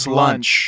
lunch